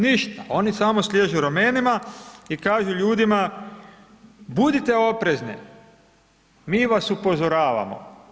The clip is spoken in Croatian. Ništa oni samo sliježu ramenima i kažu ljudima, budite oprezni, mi vas upozoravamo.